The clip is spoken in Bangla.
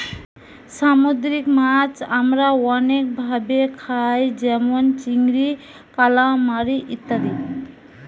সামুদ্রিক মাছ আমরা অনেক ভাবে খাই যেমন চিংড়ি, কালামারী ইত্যাদি